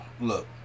look